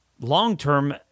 long-term